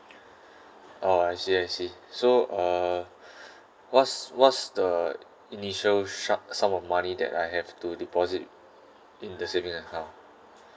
oh I see I see so uh what's what's the initial shak sum of money that I have to deposit in the saving account